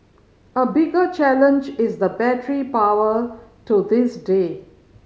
a bigger challenge is the battery power to this day